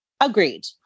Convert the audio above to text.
Agreed